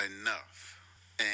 enough